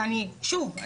שוב,